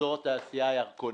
אזור התעשייה ירקונים,